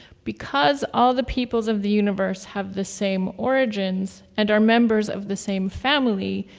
because all the peoples of the universe have the same origins and are members of the same family,